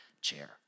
chair